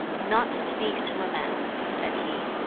not to speak to a man. said he,